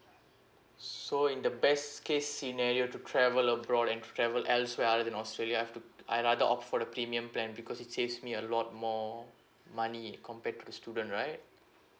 so in the best case scenario to travel abroad and to travel elsewhere other than australia I've to to I rather opt for the premium plan because it saves me a lot more money compared to the student right